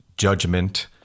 judgment